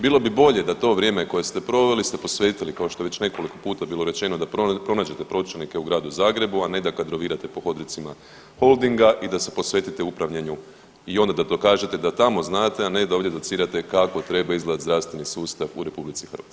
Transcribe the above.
Bilo bi bolje da to vrijeme koje ste proveli ste posvetili kao što je već nekoliko puta bilo rečeno da pronađete pročelnike u Gradu Zagrebu, a ne da kadrovirate po hodnicima holdinga i da se posvetite upravljanju i onda da dokažete da tamo znate, a ne da ovdje docirate kako treba izgledati zdravstveni sustav u RH.